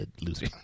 loser